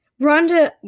Rhonda